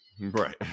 Right